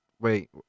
Wait